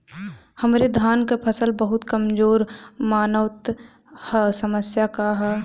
हमरे धान क फसल बहुत कमजोर मनावत ह समस्या का ह?